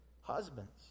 husbands